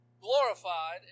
glorified